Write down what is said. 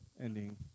ending